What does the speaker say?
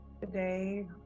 Today